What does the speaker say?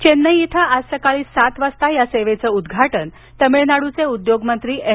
चेन्नई इथं आज सकाळी सात वाजता या सेवेचं उद्घाटन तमिळनाडूचे उद्योगमंत्री एम